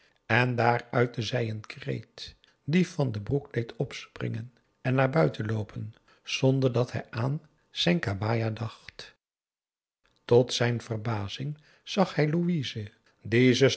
en daar uitte zij een kreet die van den broek deed opspringen en naar buiten loopen zonder dat hij aan zijn kabaja dacht tot zijn verbazing zag hij louise die